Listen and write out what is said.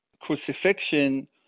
crucifixion